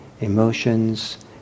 emotions